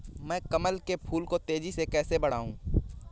मैं अपने कमल के फूल को तेजी से कैसे बढाऊं?